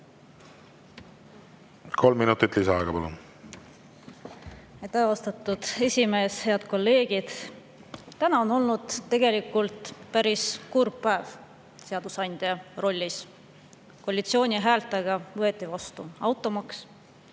Kolm minutit lisaaega, palun!